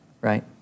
right